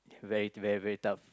very very very tough